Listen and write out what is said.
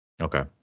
Okay